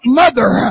mother